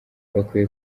bakwiye